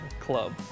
Club